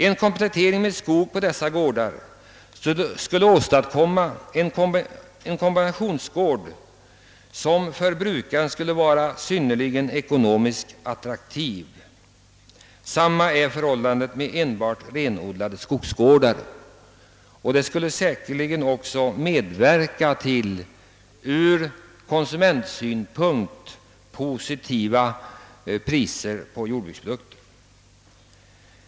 En komplettering med skog på dessa gårdar skulle åstadkomma en kombinationsgård som för brukaren vore synnerligen ekonomiskt attraktiv. Samma är förhållandet med enbart renodlade familjeskogsgårdar. Ett sådant här förfarande skulle säkerligen också medverka till ur konsumentsynpunkt gynnsamma priser på jordbruksprodukter.